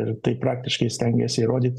ir tai praktiškai stengiasi įrodyt